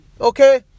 Okay